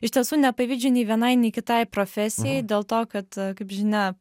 iš tiesų nepavydžiu nei vienai nei kitai profesijai dėl to kad kaip žinia